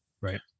Right